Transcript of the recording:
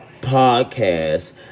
podcast